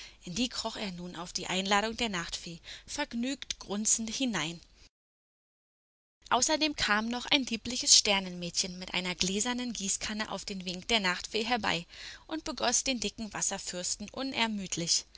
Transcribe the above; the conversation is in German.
in die kroch er nun auf die einladung der nachtfee vergnügt grunzend hinein außerdem kam noch ein liebliches sternenmädchen mit einer gläsernen gießkanne auf den wink der nachtfee herbei und begoß den dicken wasserfürsten unermüdlich